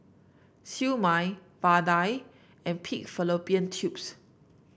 Siew Mai vadai and Pig Fallopian Tubes